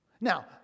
Now